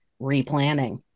replanning